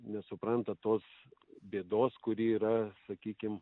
nesupranta tos bėdos kuri yra sakykime